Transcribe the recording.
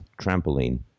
trampoline